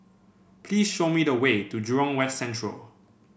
please show me the way to Jurong West Central